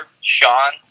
Sean